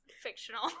fictional